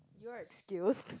you're excused